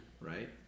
Right